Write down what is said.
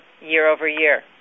year-over-year